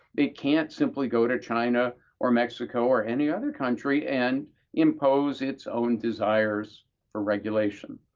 it can't simply go to china or mexico or any other country and impose its own desires for regulation.